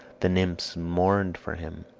the nymphs mourned for him,